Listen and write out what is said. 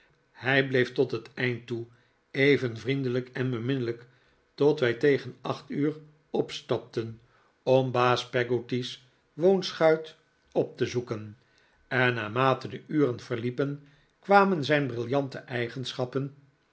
hij bleef tot het eind toe even vriendelijk en beminnelijk tot wij tegen acht uur opstapten om baas peggotty's woonschuit op te zoeken en naarmate de uren verliepen kwamen zijn brilliante eigenschappen